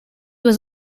was